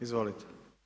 Izvolite.